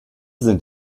sind